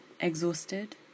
exhausted